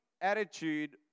attitude